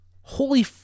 holy